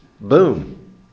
Boom